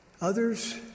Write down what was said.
Others